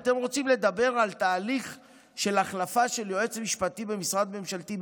אתם רוצים לדבר על תהליך של החלפה של יועץ משפטי במשרד ממשלתי?